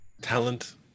Talent